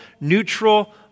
neutral